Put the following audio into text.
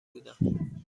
بودند